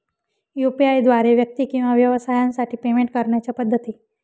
UPI द्वारे व्यक्ती किंवा व्यवसायांसाठी पेमेंट करण्याच्या पद्धती